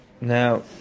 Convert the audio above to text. now